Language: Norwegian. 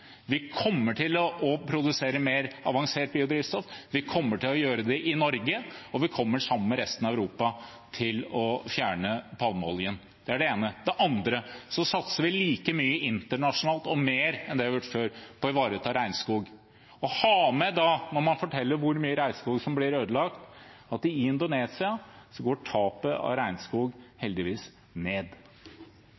Vi kommer til å produsere mer avansert biodrivstoff. Vi kommer til å gjøre det i Norge. Og vi kommer sammen med resten av Europa til å fjerne palmeolje. Vi satser like mye internasjonalt og mer enn det vi har gjort før for å ivareta regnskog. Så må man ha med, når man forteller hvor mye regnskog som blir ødelagt, at i Indonesia går tap av regnskog